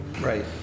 Right